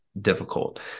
difficult